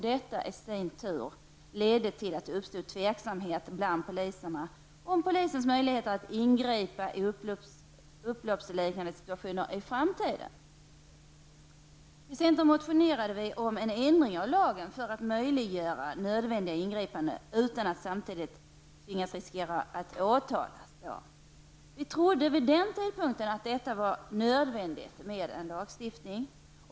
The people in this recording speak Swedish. Detta i sin tur ledde till att det uppstod tveksamhet bland poliserna om möjligheterna att i framtiden ingripa i upploppsliknande situationer. Centern motionerade om en ändring av lagen för att möjliggöra nödvändiga ingripanden från poliser utan att de samtidigt riskerade att bli åtalade. Vid den tidpunkten trodde vi att det var nödvändigt med en lagändring.